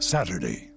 Saturday